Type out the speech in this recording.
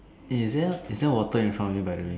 is there is there water in front of you by the way